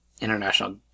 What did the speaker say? international